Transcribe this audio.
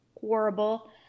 horrible